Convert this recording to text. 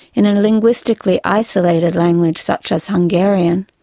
in a linguistically isolated language such as hungarian,